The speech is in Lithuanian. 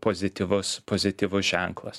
pozityvus pozityvus ženklas